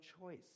choice